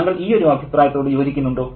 താങ്കൾ ഈയൊരു അഭിപ്രായത്തോട് യോജിക്കുന്നുണ്ടോ